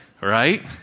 right